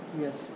Yes